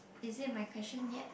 it is my question yet